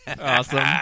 Awesome